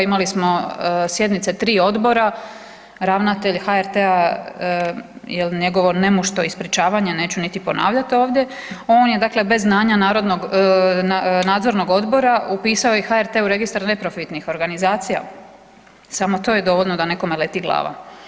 Imali smo sjednice „Tri odbora“, ravnatelj HRT-a jel njegovo nemušto ispričavanje neću niti ponavljat ovdje, on je dakle bez znanja narodnog, nadzornog odbora upisao je HRT u Registar neprofitnih organizacija, samo to je dovoljno da nekome leti glava.